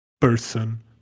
person